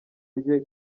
rye